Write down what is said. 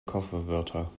kofferwörter